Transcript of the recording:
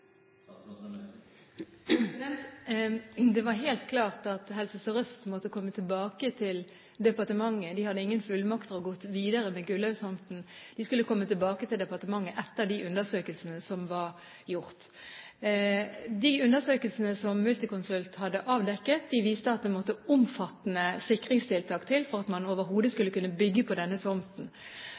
Det var helt klart at Helse Sør-Øst måtte komme tilbake til departementet. De hadde ingen fullmakter til å gå videre med Gullaug-tomten. De skulle komme tilbake til departementet etter at undersøkelsene var gjort. De undersøkelsene som Multiconsult hadde avdekket, viste at det måtte omfattende sikringstiltak til for at man overhodet skulle kunne bygge på denne tomten.